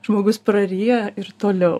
žmogus praryja ir toliau